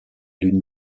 l’une